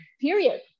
period